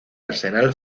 arsenal